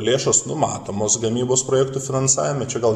lėšos numatomos gamybos projektų finansavime čia gal